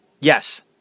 Yes